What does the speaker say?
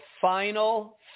final